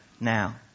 now